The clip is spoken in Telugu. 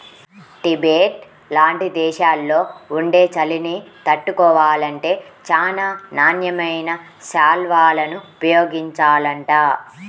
టిబెట్ లాంటి దేశాల్లో ఉండే చలిని తట్టుకోవాలంటే చానా నాణ్యమైన శాల్వాలను ఉపయోగించాలంట